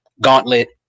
Gauntlet